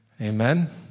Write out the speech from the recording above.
Amen